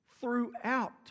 throughout